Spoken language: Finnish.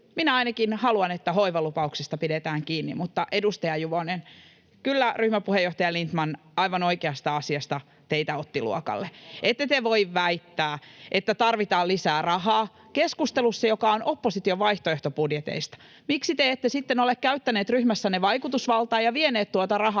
minä ainakin haluan, että hoivalupauksista pidetään kiinni. Mutta, edustaja Juvonen, kyllä ryhmäpuheenjohtaja Lindtman aivan oikeasta asiasta teitä otti luokalle. Ette te voi väittää, että tarvitaan lisää rahaa, keskustelussa, joka on opposition vaihtoehtobudjeteista. Miksi te ette sitten ole käyttäneet ryhmässänne vaikutusvaltaa ja vieneet tuota rahaa